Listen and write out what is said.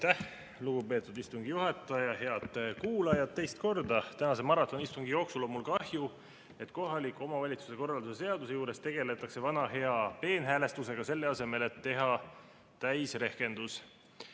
lugupeetud istungi juhataja! Head kuulajad! Teist korda tänase maratonistungi jooksul on mul kahju, et kohaliku omavalitsuse korralduse seaduse [muutmise seaduse] juures tegeldakse vana hea peenhäälestusega, selle asemel, et teha täisrehkendus.